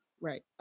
Right